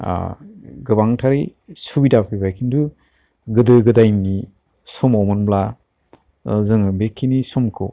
गोबांथार सुबिदा फैबाय किन्तु गोदो गोदायनि समाव मोनब्ला जोङो बेखिनि समखौ